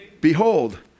behold